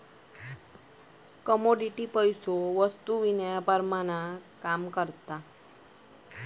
commodity पैसो वस्तु विनिमयाप्रमाण काम करता